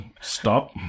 stop